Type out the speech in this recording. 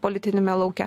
politiniame lauke